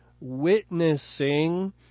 witnessing